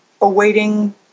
awaiting